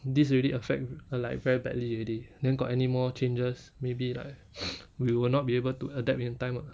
this already affect uh like very badly already then got anymore changes maybe like we will not be able to adapt in time